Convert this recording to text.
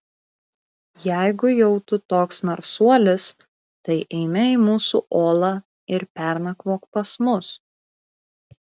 jeigu jau tu toks narsuolis tai eime į mūsų olą ir pernakvok pas mus